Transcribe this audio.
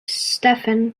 stephen